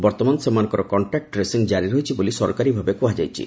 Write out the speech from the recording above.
ବର୍ଉମାନ ସେମାନଙ୍କର କଣ୍ଜାକୁ ଟ୍ରେସିଂ ଜାରି ରହିଛି ବୋଲି ସରକାରୀ ଭାବେ କୁହାଯାଇଛି